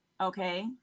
okay